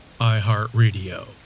iHeartRadio